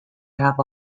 have